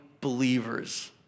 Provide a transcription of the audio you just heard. believers